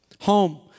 Home